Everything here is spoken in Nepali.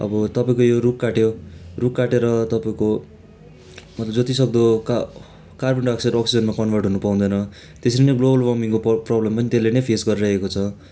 अब तपाईँको यो रुख काट्यो रुख काटेर तपाईँको मतलब जति सक्दो का कार्बन डाइ अक्साइड अक्सिजनमा कन्भर्ट हुन पाउँदैन त्यसरी नै ग्लोबल वार्मिङको प्र प्रब्लम पनि त्यसले नै फेस गरिरहेको छ